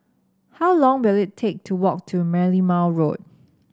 how long will it take to walk to Merlimau Road